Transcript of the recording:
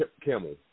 Kimmel